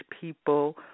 people